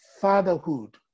fatherhood